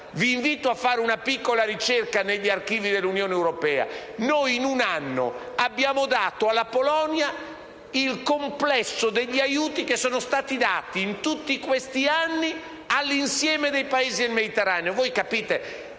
Vi invito a fare una piccola ricerca negli archivi dell'Unione europea. In un anno abbiamo dato alla sola Polonia l'equivalente del complesso degli aiuti che sono stati dati in tutti questi anni all'insieme dei Paesi del Mediterraneo.